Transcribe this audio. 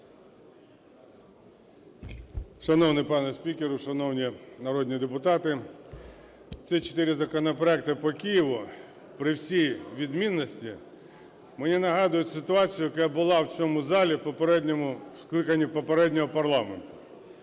Шановний пане спікер, шановні народні депутати! Ці чотири законопроекти по Києву, при всій відмінності, мені нагадують ситуацію, яка була в цьому залі в попередньому скликанні попереднього парламенту,